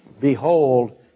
Behold